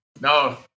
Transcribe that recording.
no